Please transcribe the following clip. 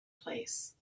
place